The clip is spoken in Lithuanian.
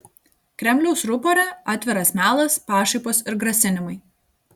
kremliaus rupore atviras melas pašaipos ir grasinimai